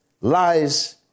lies